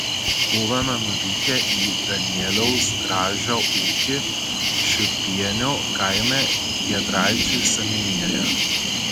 buvome nuvykę į danieliaus gražio ūkį šiupienių kaime giedraičių seniūnijoje